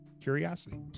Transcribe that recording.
curiosity